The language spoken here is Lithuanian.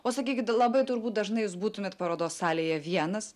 o sakykit labai turbūt dažnai jūs būtumėt parodos salėje vienas